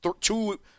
two